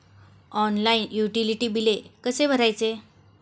Online utility बिले कसे भरायचे?